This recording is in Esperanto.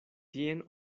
tien